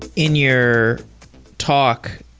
in your talk,